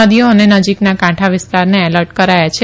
નદીઓ અને નજીકના કાંઠા વિસ્તારોને એલર્ટ કરાયા છે